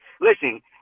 Listen